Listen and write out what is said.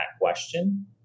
question